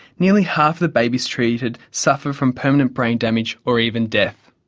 nearly half the babies treated suffer from permanent brain damage or even death.